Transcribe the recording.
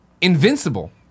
Invincible